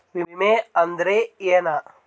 ವಿಮೆ ಅಂದ್ರೆ ಏನ?